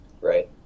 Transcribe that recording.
Right